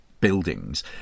buildings